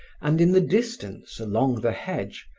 and, in the distance along the hedge,